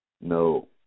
No